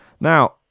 Now